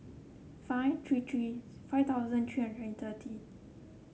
five three three five thousand three hundred and thirty